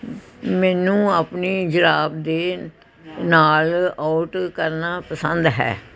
ਮੈਨੂੰ ਆਪਣੀ ਜੁਰਾਬ ਦੇ ਨਾਲ ਆਊਟ ਕਰਨਾ ਪਸੰਦ ਹੈ